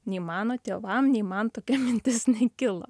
nei mano tėvam nei man tokia mintis nekilo